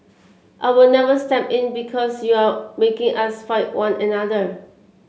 I will never step in because you are making us fight one another